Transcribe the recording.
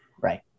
Right